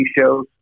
shows